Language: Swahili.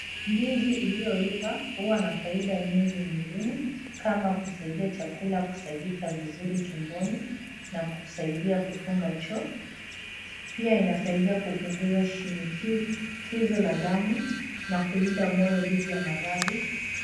Ndizi iliyoiva huwa na faida nyingi mno mwili kama kusaidia chakula kusagika vizuri tumboni na kusaidia kufunga choo, pia inasaidia kupunguza shinikizo la damu na kulinda moyo dhidi ya maradhi.